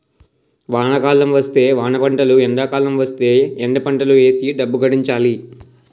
వానాకాలం వస్తే వానపంటలు ఎండాకాలం వస్తేయ్ ఎండపంటలు ఏసీ డబ్బు గడించాలి